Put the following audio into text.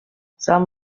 some